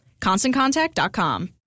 ConstantContact.com